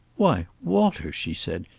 why, walter! she said.